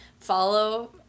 follow